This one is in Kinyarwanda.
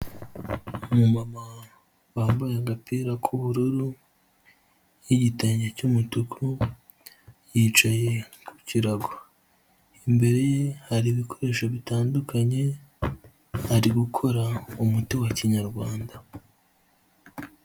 Umumama wambaye agapira k'ubururu n'igitenge cy'umutuku, yicaye ku kirago. Imbere ye hari ibikoresho bitandukanye, ari gukora umuti wa kinyarwanda.